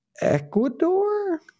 Ecuador